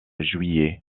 juillet